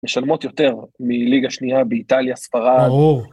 משלמות יותר מליגה שנייה באיטליה, ספרד.